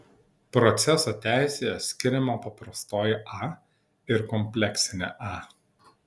proceso teisėje skiriama paprastoji a ir kompleksinė a